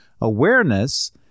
awareness